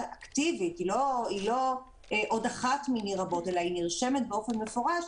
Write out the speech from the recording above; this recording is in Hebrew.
אקטיבית שהיא לא אחת מיני רבות אלא נרשמת באופן מפורש,